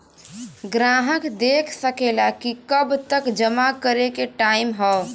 ग्राहक देख सकेला कि कब तक जमा करे के टाइम हौ